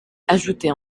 ajouter